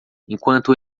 enquanto